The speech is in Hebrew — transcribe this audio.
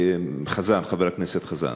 חבר הכנסת חזן.